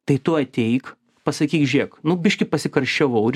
tai tu ateik pasakyk žėk nu biškį pasikarščiavau ir